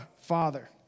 Father